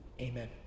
Amen